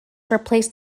replaced